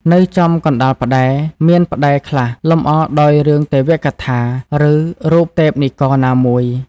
នៅចំកណ្តាលផ្តែរ មានផ្តែរខ្លះលម្អដោយរឿងទេវកថា ឬ រូបទេពនិករណាមួយ។